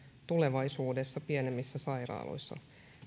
tulevaisuudessa pienemmissä sairaaloissa